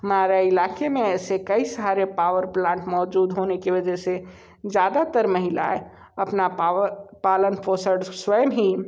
हमारे इलाक़े में ऐसे कई सारे पावर प्लांट मौजूद होने की वजह से ज़्यादातर महिलाएं अपना पावर पालन पोषण स्वयं ही